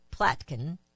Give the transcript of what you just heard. Platkin